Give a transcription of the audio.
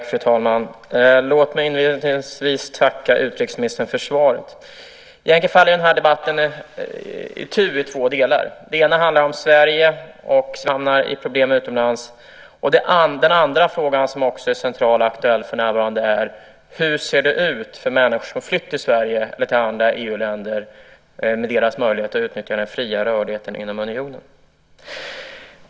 Fru talman! Låt mig inledningsvis tacka utrikesministern för svaret. Egentligen faller den här debatten itu, i två delar. Den ena handlar om Sverige och om Utrikesdepartementet ger samma stöd för samtliga svenska medborgare som hamnar i problem utomlands. Den andra frågan, som också är central och aktuell för närvarande är: Hur ser det ut för människor som har flytt till Sverige eller till andra EU-länder vad gäller deras möjligheter att utnyttja den fria rörligheten inom unionen?